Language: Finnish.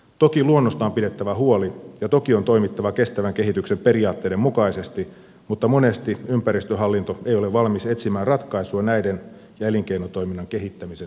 toki luonnosta on pidettävä huoli ja toki on toimittava kestävän kehityksen periaatteiden mukaisesti mutta monesti ympäristöhallinto ei ole valmis etsimään ratkaisua näiden ja elinkeinotoiminnan kehittämisen yhdistämiseksi